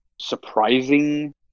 surprising